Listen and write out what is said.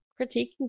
critiquing